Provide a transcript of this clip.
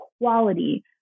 quality